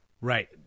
Right